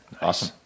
Awesome